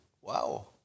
Wow